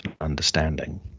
understanding